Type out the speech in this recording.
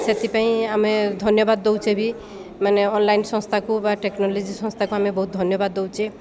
ସେଥିପାଇଁ ଆମେ ଧନ୍ୟବାଦ ଦେଉଛେ ବି ମାନେ ଅନଲାଇନ୍ ସଂସ୍ଥାକୁ ବା ଟେକ୍ନୋଲୋଜି ସଂସ୍ଥାକୁ ଆମେ ବହୁତ ଧନ୍ୟବାଦ ଦେଉଛେ